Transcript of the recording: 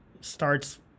starts